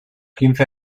quince